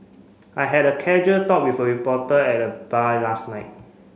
I had a casual talk with a reporter at the bar last night